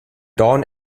don